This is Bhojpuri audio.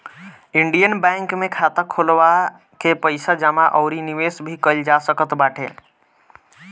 इंडियन बैंक में खाता खोलवा के पईसा जमा अउरी निवेश भी कईल जा सकत बाटे